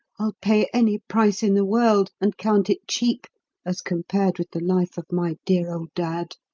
i'll pay any price in the world, and count it cheap as compared with the life of my dear old dad.